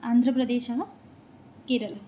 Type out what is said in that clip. आन्ध्रप्रदेशः केरलः